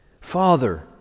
Father